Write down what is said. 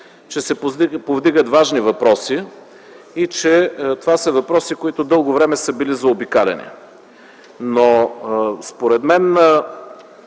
че се повдигат важни въпроси и че това са въпроси, които дълго време са били заобикаляни. Но според мен